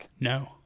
No